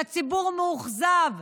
שהציבור מאוכזב,